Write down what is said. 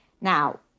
Now